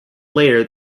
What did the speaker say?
layer